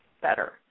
better